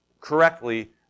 correctly